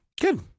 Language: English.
good